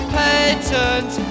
patent